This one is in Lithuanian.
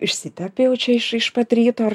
išsitepi jau čia iš iš pat ryto